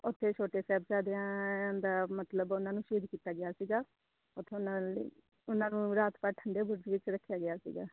ਉੱਥੇ ਛੋਟੇ ਸਾਹਿਬਜ਼ਾਦਿਆਂ ਦਾ ਮਤਲਬ ਉਹਨਾਂ ਨੂੰ ਸ਼ਹੀਦ ਕੀਤਾ ਗਿਆ ਸੀਗਾ ਉੱਤੋਂ ਨਾਲ ਹੀ ਉਹਨਾਂ ਨੂੰ ਰਾਤ ਭਰ ਠੰਡੇ ਬੁਰਜ ਵਿੱਚ ਰੱਖਿਆ ਗਿਆ ਸੀਗਾ